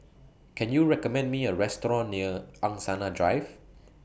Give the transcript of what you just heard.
Can YOU recommend Me A Restaurant near Angsana Drive